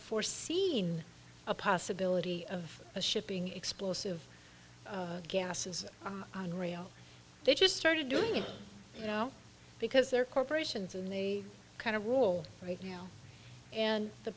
for seeing a possibility of a shipping explosive gases on rio they just started doing it you know because they're corporations and they kind of rule right now and the